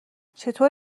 چطور